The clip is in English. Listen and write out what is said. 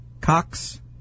Cox